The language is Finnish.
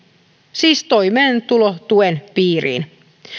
siis toimeentulotuen piiriin